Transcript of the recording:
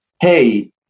hey